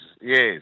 yes